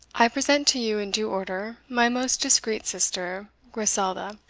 i present to you in due order, my most discreet sister griselda,